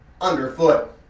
underfoot